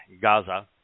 Gaza